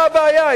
מה הבעיה?